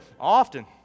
often